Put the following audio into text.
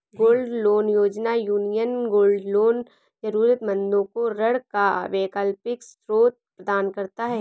gold loan योजना, Union gold loan जरूरतमंदों को ऋण का वैकल्पिक स्रोत प्रदान करता है